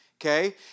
Okay